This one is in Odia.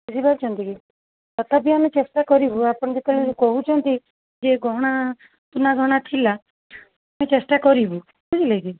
ବୁଝିପାରୁଛନ୍ତି କି ତଥାପି ଆମେ ଚେଷ୍ଟା କରିବୁ ଆପଣ ଯେତେବେଳେ କହୁଛନ୍ତି ଯେ ଗହଣା ସୁନା ଗହଣା ଥିଲା ଚେଷ୍ଟା କରିବୁ ବୁଝିଲେ କି